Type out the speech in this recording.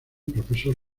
profesor